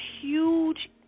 huge